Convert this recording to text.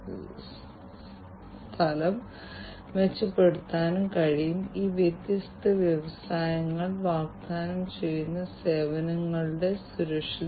ഒറ്റപ്പെട്ട കമ്പ്യൂട്ടറുകൾ കമ്പ്യൂട്ടിംഗ് ഉപകരണങ്ങൾ എന്നിവയുടെ സഹായത്തോടെയുള്ള പരമ്പരാഗത ഓട്ടോമേഷനാണ് IIoT കണക്റ്റുചെയ്ത രീതിയിൽ ആ സെൻസിംഗ് ആക്ച്വേഷൻ തീരുമാനമെടുക്കൽ എന്നിവയിലേക്ക് കൂട്ടിച്ചേർക്കുന്നു